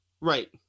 right